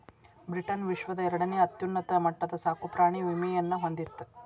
Britain ವಿಶ್ವದ ಎರಡನೇ ಅತ್ಯುನ್ನತ ಮಟ್ಟದ ಸಾಕುಪ್ರಾಣಿ ವಿಮೆಯನ್ನ ಹೊಂದಿತ್ತ